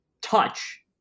touch